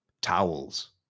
towels